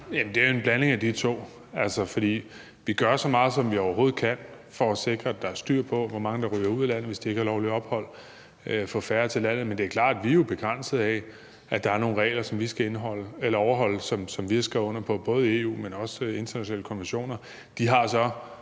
jo en blanding af de to. Vi gør så meget, som vi overhovedet kan, for at sikre, at der er styr på, hvor mange der ryger ud af landet, hvis de ikke har lovligt ophold, og at få færre til landet. Men det er klart, at vi jo er begrænsede af, at der er nogle regler, som vi har skrevet under på, og som vi skal overholde – både i EU, men også internationale konventioner.